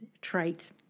trait